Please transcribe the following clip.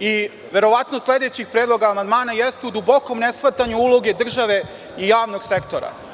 i verovatno sledećeg predloga amandmana jeste u dubokom neshvatanju uloge države i javnog sektora.